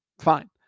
Fine